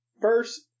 first